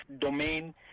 domain